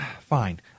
fine